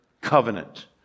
covenant